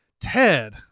ted